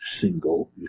single